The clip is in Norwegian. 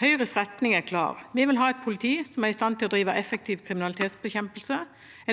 Høyres retning er klar: Vi vil ha et politi som er i stand til å drive effektiv kriminalitetsbekjempelse,